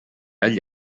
agli